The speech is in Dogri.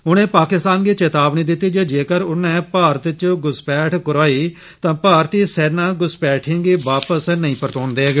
उनें पाकिस्तान गी चेतावनी दित्ती जे जेक्कर उनै भारत च घुसपैठ कराई तां भारतीय सेना घुसपैठियें गी वापस नेईं परतोन देग